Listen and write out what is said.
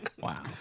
Wow